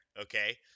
Okay